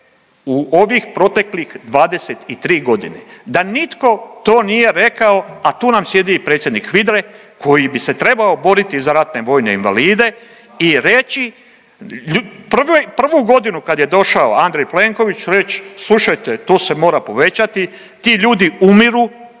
u ovih proteklih 23.g., da nitko to nije rekao, a tu nam sjedi i predsjednik HVIDRA-e koji bi se trebao boriti za ratne vojne invalide i reći, prvu, prvu godinu kad je došao Andrej Plenković reć, slušajte to se mora povećati, ti ljudi umiru,